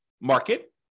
market